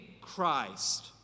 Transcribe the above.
Christ